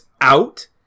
out